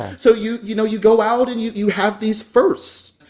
so you you know, you go out and you you have these firsts.